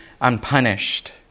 unpunished